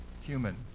human